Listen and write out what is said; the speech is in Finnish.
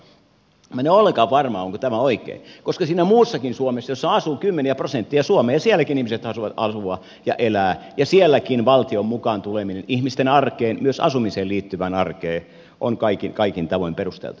minä en nyt ole ollenkaan varma onko tämä oikein koska siinä muussakin suomessa jossa asuu kymmeniä prosentteja suomalaisista sielläkin ihmiset haluavat asua ja elää ja sielläkin valtion mukaan tuleminen ihmisten arkeen myös asumiseen liittyvään arkeen on kaikin tavoin perusteltu